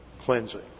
cleansing